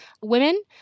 women